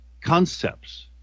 concepts